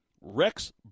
Rex